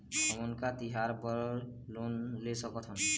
हमन का तिहार बर लोन ले सकथन?